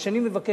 מה שאני מבקש,